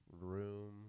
room